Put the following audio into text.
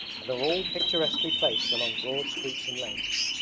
and are all picturesquely placed along broad streets and lanes.